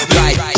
right